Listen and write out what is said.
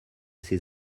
ses